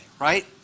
right